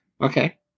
Okay